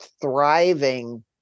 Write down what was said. thriving